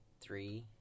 three